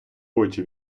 очі